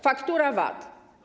Faktura VAT.